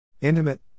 Intimate